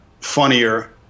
funnier